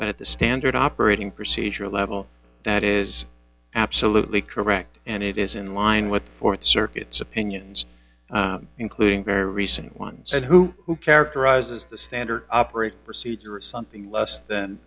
that at the standard operating procedure level that is absolutely correct and it is in line with the th circuit's opinions including very recent ones and who who characterizes the standard operating procedure is something less than